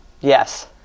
Yes